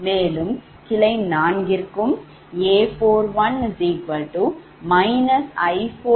மேலும் கிளை நான்கிற்கும் A41 𝐼4𝐼L 2−𝑗0